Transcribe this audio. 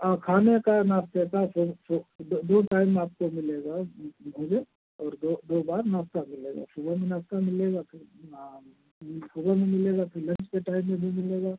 औ खाने का नाश्ते का सब दो टाइम आपको मिलेगा भोजन और दो दो बार नाश्ता मिलेगा सबेह में नाश्ता मिलेगा फिर हाँ सुबह में मिलेगा फिर लंच के टाइम में भी मिलेगा